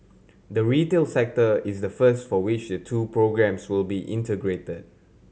the retail sector is the first for which the two programmes will be integrated